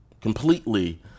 completely